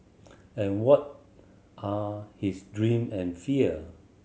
and what are his dream and fear